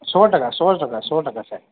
સો ટકા સો ટકા સો ટકા સાહેબ